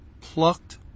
plucked